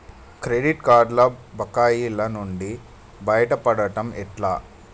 Credit కార్డుల బకాయిల నుండి బయటపడటం ఎట్లా?